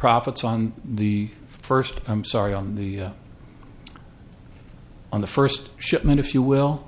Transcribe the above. profits on the first i'm sorry on the on the first shipment if you will